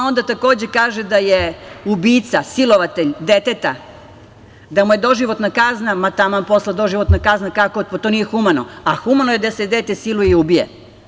Onda takođe kaže da je ubica, silovatelj deteta, da mu je doživotna kazna, taman posla doživotna kazna, kako, pa to nije humano, a humano je da se dete siluje i ubije.